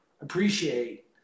appreciate